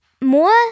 more